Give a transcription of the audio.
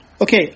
Okay